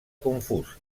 confús